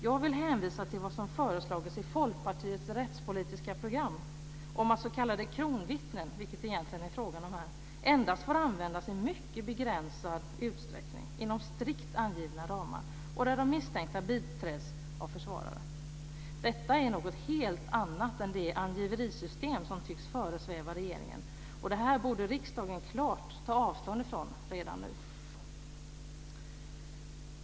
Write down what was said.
Jag vill hänvisa till vad som föreslagits i Folkpartiets rättspolitiska program om att s.k. kronvittnen, vilket det egentligen är fråga om här, endast får användas i mycket begränsad utsträckning inom strikt angivna ramar och där de misstänkta biträds av försvarare. Detta är något helt annat än det angiverisystem som tycks föresväva regeringen. Det här borde riksdagen klart ta avstånd ifrån redan nu.